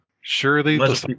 Surely